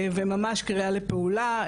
וממש קריאה לפעולה,